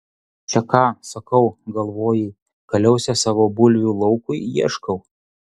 čia ką sakau galvojai kaliausės savo bulvių laukui ieškau